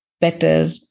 better